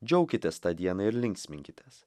džiaukitės tą dieną ir linksminkitės